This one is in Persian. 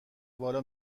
بالا